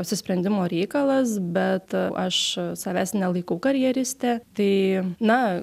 apsisprendimo reikalas bet aš savęs nelaikau karjeriste tai na